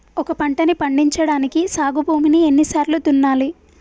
ఒక పంటని పండించడానికి సాగు భూమిని ఎన్ని సార్లు దున్నాలి?